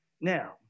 Now